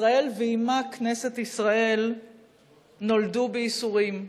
ישראל ועמה כנסת ישראל נולדו בייסורים,